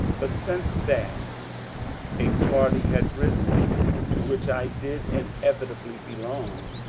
but since that a party had arisen to which i did inevitably belong.